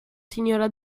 signora